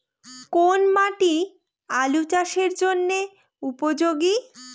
কোন মাটি আলু চাষের জন্যে উপযোগী?